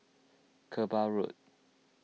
Kerbau Road